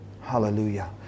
Hallelujah